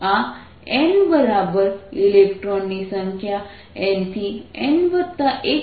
આ n ઇલેક્ટ્રોનની સંખ્યા n થી n 1 તરફ જવાથી છે